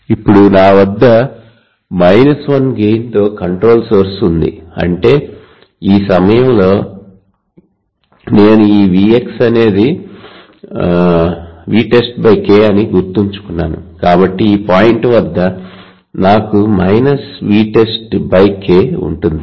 ఇప్పుడు నా వద్ద 1 గెయిన్ తో కంట్రోల్ సోర్స్ ఉంది అంటే ఈ సమయంలో నేను ఈ Vx అనేది VtestK అని గుర్తుంచుకున్నాను కాబట్టి ఈ పాయింట్ వద్ద నాకు Vtest K ఉంటుంది